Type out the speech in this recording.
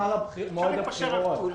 לאחר מועד הבחירות.